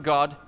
God